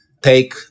take